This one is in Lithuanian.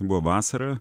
buvo vasara